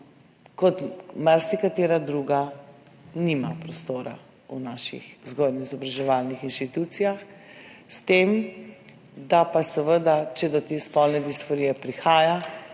kot marsikatera druga nima prostora v naših vzgojno-izobraževalnih institucijah, s tem, da pa seveda, če do te spolne disforije prihaja,